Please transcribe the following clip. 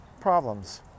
problems